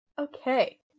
Okay